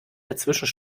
dazwischen